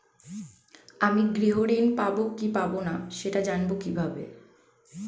আমি গৃহ ঋণ পাবো কি পাবো না সেটা জানবো কিভাবে?